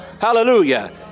Hallelujah